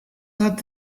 not